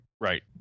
right